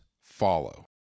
follow